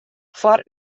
foar